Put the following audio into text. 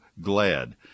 glad